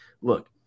Look